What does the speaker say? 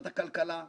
דקלה טאקו,